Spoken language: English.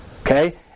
Okay